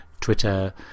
Twitter